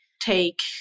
take